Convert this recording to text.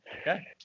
Okay